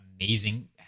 amazing